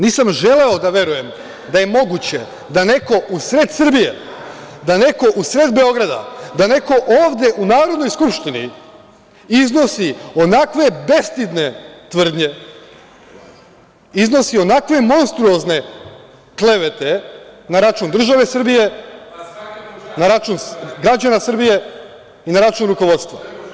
Nisam želeo da verujem da je moguće da neko u sred Srbije, da neko u sred Beograda, da neko ovde u Narodnoj skupštini iznosi onakve bestidne tvrdnje, iznosi onakve monstruozne klevete na račun države Srbije, na račun građana Srbije i na račun rukovodstva.